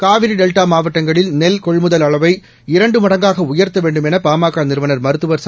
Kaveri delta மாவட்டங்களில் நெல் கொள்முதல் அளவை இரண்டு மடங்காக உயர்த்த வேண்டும் என பாமக நிறுவனர் மருத்துவர் ச